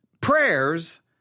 prayers